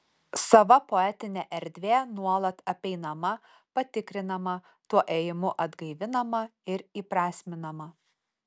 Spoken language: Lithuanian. sava poetinė erdvė nuolat apeinama patikrinama tuo ėjimu atgaivinama ir įprasminama